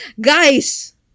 guys